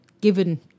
given